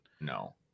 No